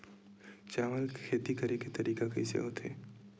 चावल के खेती करेके तरीका कइसे होथे?